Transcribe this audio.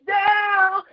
down